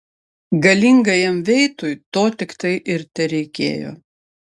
galingajam veitui to tiktai ir tereikėjo